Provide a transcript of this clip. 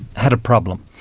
had a problem.